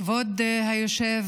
נכבדה,